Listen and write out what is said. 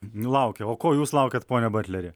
laukia o ko jūs laukiat pone butleri